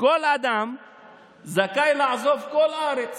"כל אדם זכאי לעזוב כל ארץ,